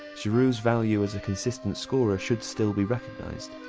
girouds value as a consistent scorer should still be recognised,